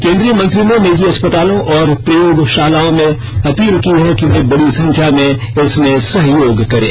केंद्रीय मंत्री ने निजी अस्पतालों और प्रयोगशालाओं से अपील की कि वे बड़ी संख्या में इसमें सहयोग करें